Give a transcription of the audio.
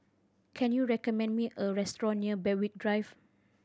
can you recommend me a restaurant near Berwick Drive